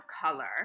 color